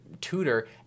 tutor